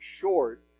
short